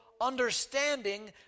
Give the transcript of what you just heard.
understanding